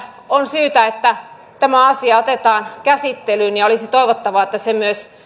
on syytä että tämä asia otetaan käsittelyyn ja olisi toivottavaa että se myös